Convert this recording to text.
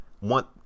want